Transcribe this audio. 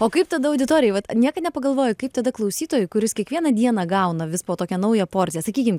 o kaip tada auditorijai vat niekad nepagalvoji kaip tada klausytojui kuris kiekvieną dieną gauna vis po tokią naują porciją sakykim